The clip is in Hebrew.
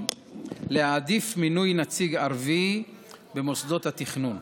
להעדיף מינוי נציג ערבי במוסדות התכנון.